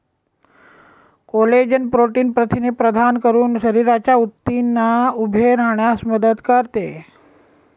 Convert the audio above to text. collagen protein प्रथिने प्रदान करून शरीराच्या ऊतींना उभे राहण्यास मदत करते